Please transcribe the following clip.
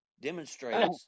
demonstrates